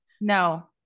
No